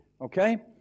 okay